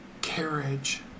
carriage